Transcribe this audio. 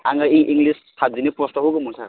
आङो इंलिस साबजेक्टनि पस्टआव होगौमोन सार